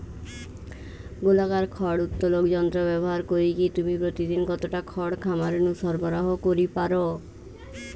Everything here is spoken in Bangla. গোলাকার খড় উত্তোলক যন্ত্র ব্যবহার করিকি তুমি প্রতিদিন কতটা খড় খামার নু সরবরাহ করি পার?